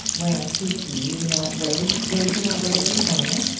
when i speak to you in that way, will you not let it be final?